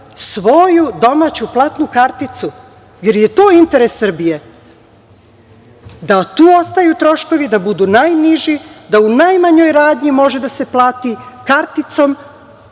svoju domaću platnu karticu, jer je to interes Srbije, da tu ostaju troškovi, da budu najniži, da u najmanjoj radnji može da se plati karticom.